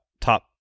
top